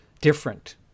different